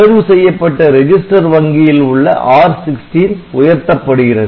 தேர்வு செய்யப்பட்ட ரெஜிஸ்டர் வங்கியில் உள்ள R16 உயர்த்தப்படுகிறது